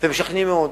ומשכנעים מאוד.